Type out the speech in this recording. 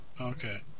Okay